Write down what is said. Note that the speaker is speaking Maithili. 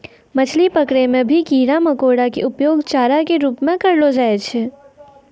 मछली पकड़ै मॅ भी कीड़ा मकोड़ा के उपयोग चारा के रूप म करलो जाय छै